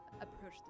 approach